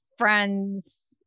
friends